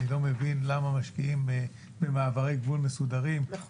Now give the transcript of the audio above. אני לא מבין למה משקיעים במעברי גבול מסודרים -- מירב בן ארי,